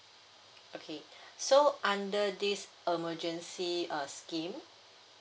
okay so under this emergency uh scheme